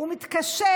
הוא מתקשה,